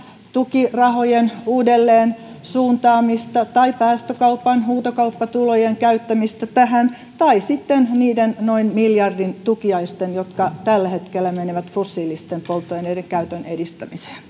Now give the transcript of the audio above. tukirahojen uudelleen suuntaamista tai päästökaupan huutokauppatulojen käyttämistä tähän tai sitten niiden noin miljardin euron tukiaisten jotka tällä hetkellä menevät fossiilisten polttoaineiden käytön edistämiseen